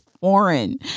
foreign